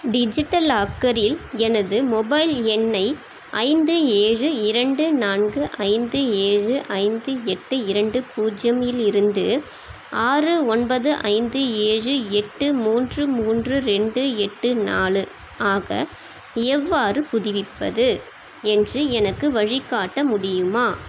digital லாக்கரில் எனது mobile எண்ணை ஐந்து ஏழு இரண்டு நான்கு ஐந்து ஏழு ஐந்து எட்டு இரண்டு பூஜ்ஜியமிலிருந்து ஆறு ஒன்பது ஐந்து ஏழு எட்டு மூன்று மூன்று ரெண்டு எட்டு நாலு ஆக எவ்வாறு புதுப்பிப்பது என்று எனக்கு வழிகாட்ட முடியுமா